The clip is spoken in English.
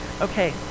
okay